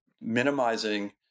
minimizing